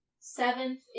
Seventh